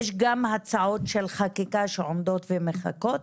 גם יש הצעות חקיקה שעומדות ומחכות.